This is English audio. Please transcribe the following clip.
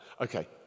Okay